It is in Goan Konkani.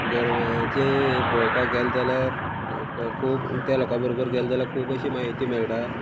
गोरवांचे हे पळोवपाक गेल जाल्यार खूब त्या लोकां बरोबर गेले जाल्यार खूब अशी म्हायती मेळटा